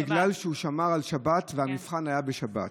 בגלל שהוא שמר על השבת, והמבחן היה בשבת.